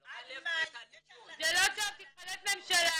כלומר לא בשנת תש"פ --- איך זה יעזור לנו?